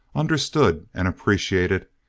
understood and appreciated,